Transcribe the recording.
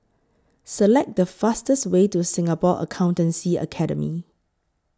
Select The fastest Way to Singapore Accountancy Academy